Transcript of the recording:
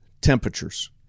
temperatures